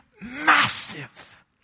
massive